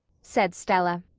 said stella.